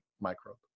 microbe